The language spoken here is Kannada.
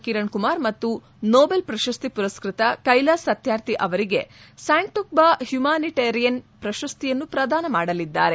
ಕಿರಣ್ ಕುಮಾರ್ ಮತ್ತು ನೋಬಲ್ ಪ್ರಶಸ್ತಿ ಪುರಸ್ವತ ಕೈಲಾಸ್ ಸತ್ಕಾರ್ಥಿ ಅವರಿಗೆ ಸ್ಕಾಂಟೊಕ್ಟಾ ಹುಮಾನಿಟರೈನ್ ಪ್ರಶಸ್ತಿಯನ್ನು ಪ್ರದಾನ ಮಾಡಲಿದ್ದಾರೆ